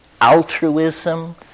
altruism